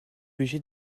obligés